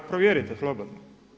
Provjerite slobodno.